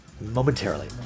momentarily